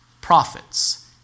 prophets